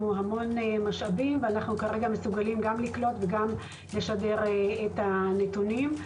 המון משאבים ואנו כרגע מסוגלים גם לקלוט וגם לשגר את הנתונים.